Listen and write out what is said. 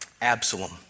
Absalom